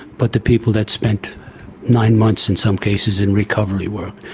but the people that spent nine months in some cases, in recovery work.